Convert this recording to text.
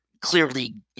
clearly